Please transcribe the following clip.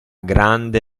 grande